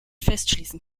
festschließen